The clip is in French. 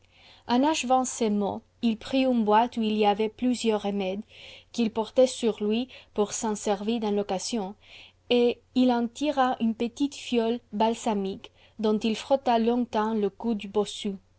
en achevant ces mots il prit une boîte où il y avait plusieurs remèdes qu'il portait sur lui pour s'en servir dans l'occasion et il en tira une petite fiole balsamique dont il frotta longtemps le cou du bossu